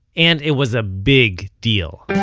and it was a big deal